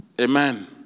Amen